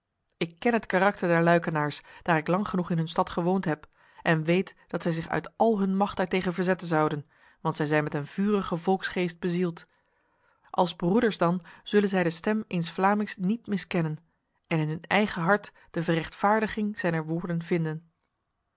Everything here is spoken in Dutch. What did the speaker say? ik ken het karakter der luikenaars daar ik lang genoeg in hun stad gewoond heb en weet dat zij zich uit al hun macht daartegen verzetten zouden want zij zijn met een vurige volksgeest bezield als broeders dan zullen zij de stem eens vlamings niet miskennen en in hun eigen hart de verrechtvaardiging zijner woorden vinden